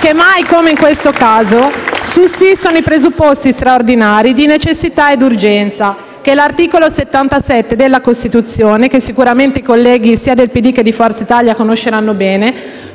che mai come in questo caso sussistono i presupposti straordinari di necessità ed urgenza, che l'articolo 77 della Costituzione - che sicuramente i colleghi sia del PD che di Forza Italia conosceranno bene